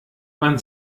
wann